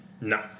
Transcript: No